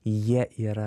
jie yra